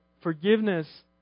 forgiveness